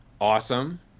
awesome